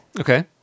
Okay